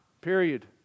period